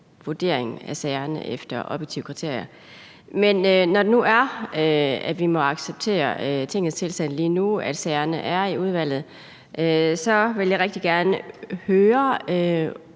vurdering af sagerne efter objektive kriterier. Men når det nu er sådan og vi må acceptere tingenes tilstand, altså at sagerne er i udvalget, vil jeg rigtig gerne høre